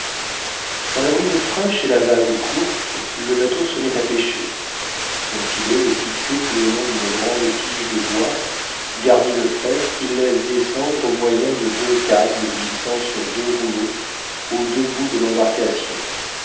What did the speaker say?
quand la brise est fraîche et la vague courte le bateau se met à pêcher son filet est fixé tout le long d'une grande tige de bois garnie de fer qu'il laisse descendre au moyen de deux câbles glissant sur deux rouleaux aux deux bouts de l'embarcation